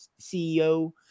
ceo